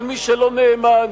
אבל מי שלא נאמן,